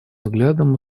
взглядом